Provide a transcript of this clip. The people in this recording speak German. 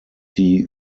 die